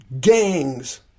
gangs